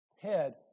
head